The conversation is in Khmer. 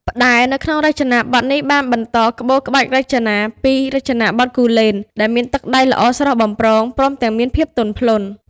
ផ្តែរ នៅក្នុងរចនាបថនេះ បានបន្តក្បូរក្បាច់រចនាពីរចនាបថគូលែនដែលមាន ទឹកដៃល្អស្រស់បំព្រង ព្រមទាំងមានភាពទន់ភ្លន់។